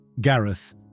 Gareth